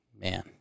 Man